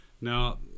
Now